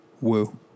Woo